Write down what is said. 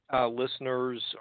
listeners